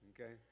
Okay